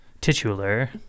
titular